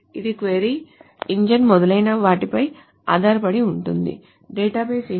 ఇది query engine మొదలైన వాటిపై ఆధారపడి ఉంటుంది డేటాబేస్ ఇంజిన్